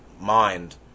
mind